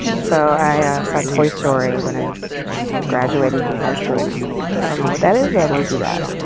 so i i saw toy story when i was just graduating from high school and i was like, i don't know what that is, but i want to do that.